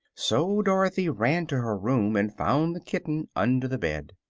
so dorothy ran to her room and found the kitten under the bed.